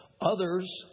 Others